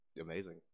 amazing